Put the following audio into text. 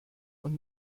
und